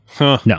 no